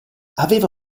aveva